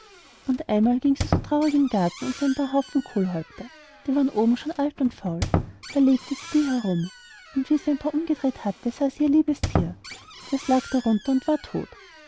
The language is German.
und einmal ging sie so traurig im garten und sah einen haufen kohlhäupter die waren oben schon alt und faul da legte sie die herum und wie sie ein paar umgedreht hatte sah sie ihr liebes thier das lag darunter und war todt